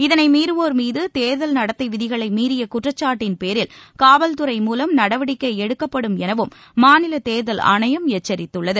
இதனை மீறவோர் மீது தேர்தல் நடத்தை விதிகளை மீறிய குற்றச்சாட்டின் பேரில் காவல்துறை மூலம் நடவடிக்கை எடுக்கப்படும் எனவும் மாநிலத் தேர்தல் ஆணையம் எச்சரித்துள்ளது